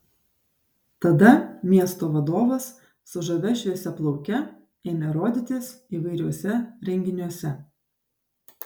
tada miesto vadovas su žavia šviesiaplauke ėmė rodytis įvairiuose renginiuose